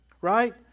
right